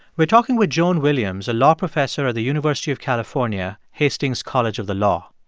we're talking with joan williams, a law professor at the university of california hastings college of the law.